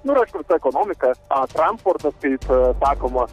nu ir aišku visa ekonomika transportas kaip sakoma